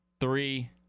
Three